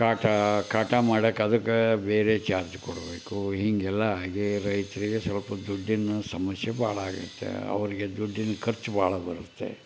ಕಟ ಕಟ ಮಾಡೋಕೆ ಅದಕ್ಕೆ ಬೇರೆ ಚಾರ್ಜ್ ಕೊಡಬೇಕು ಹೀಗೆಲ್ಲ ಹಾಗೆ ರೈತರಿಗೆ ಸ್ವಲ್ಪ ದುಡ್ಡಿನ ಸಮಸ್ಯೆ ಬಹಳ ಆಗುತ್ತೆ ಅವರಿಗೆ ದುಡ್ಡಿನ ಖರ್ಚು ಭಾಳ ಬರುತ್ತೆ